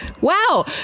Wow